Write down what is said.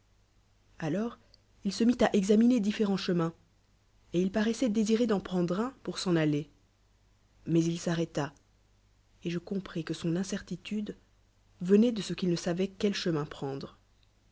alors il se mit à examiner difcérenls chemins et il paroissoit désiter d'en prendre un pour j'en oller mais il s'arrèta et je compris que son incertitude venoit de ce qu'il ne savoit quelchemin prendre